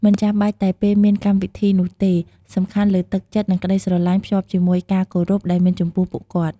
មិនចាំបាច់តែពេលមានកម្មវិធីនោះទេ សំខាន់លើទឹកចិត្ត និងក្ដីស្រឡាញ់ភ្ជាប់ជាមួយការគោរពដែលមានចំពោះពួកគាត់។